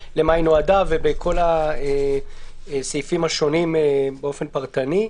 למה היא נועדה ובכל הסעיפים השונים באופן פרטני,